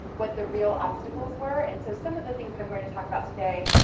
what the real obstacles were, and so some of the things that i'm going to talk about today,